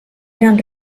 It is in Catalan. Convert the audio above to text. eren